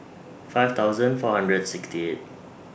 five thousand four hundred sixty eight